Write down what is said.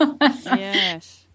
Yes